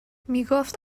میگفت